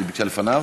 היא ביקשה לפניו?